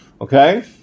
Okay